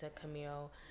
Camille